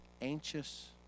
anxious